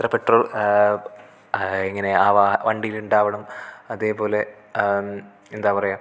എത്ര പെട്രോൾ ആ എങ്ങനെ ആ വണ്ടിയിൽ ഉണ്ടാകണം അതേപോലെ എന്താ പറയുക